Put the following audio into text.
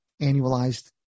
annualized